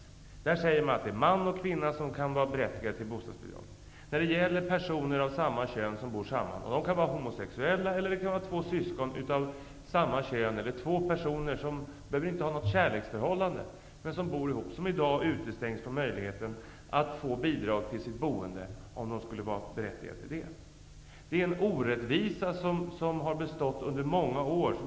I den sägs att det är man och kvinna som kan vara berättigade till bostadsbidrag. Personer av samma kön som bor tillsammans -- de kan vara homosexuella, två syskon av samma kön eller två personer som inte har något kärleksförhållande -- utestängs i dag från möjligheten att få bidrag till sitt boende, om de skulle vara berättigade till det. Det är en orättvisa som har bestått under många år.